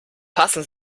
passen